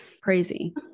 Crazy